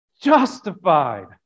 justified